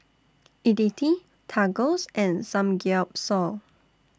Idili Tacos and Samgeyopsal